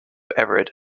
everett